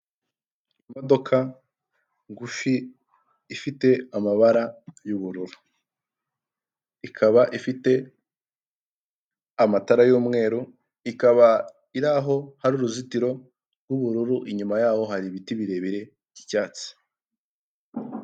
Imodoka ngufi ifite amabara y'ubururu, ikaba ifite amatara y'umweru, ikaba iri aho hari uruzitiro rw'ubururu, inyuma yaho hari ibiti birebire by'icyatsi.